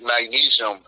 magnesium